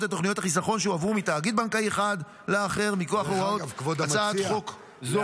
ותוכניות החיסכון שהועברו מתאגיד בנקאי אחד לאחר מכוח הוראות הצעת חוק זו.